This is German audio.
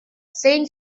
saint